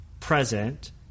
Present